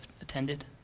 attended